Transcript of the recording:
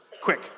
Quick